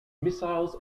missiles